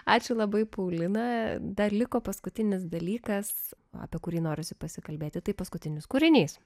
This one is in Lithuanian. ačiū labai paulina dar liko paskutinis dalykas apie kurį norisi pasikalbėti tai paskutinis kūrinys